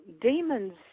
demons